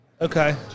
Okay